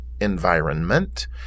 environment